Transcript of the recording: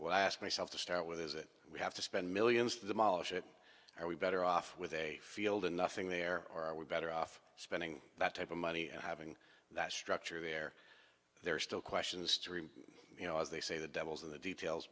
i ask myself to start with is it we have to spend millions to demolish it are we better off with a field and nothing there or are we better off spending that type of money and having that structure there there are still questions to remain you know as they say the devil's in the details